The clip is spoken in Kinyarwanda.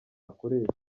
akoresha